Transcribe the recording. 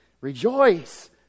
Rejoice